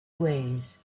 ways